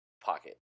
pocket